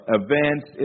events